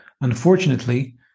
Unfortunately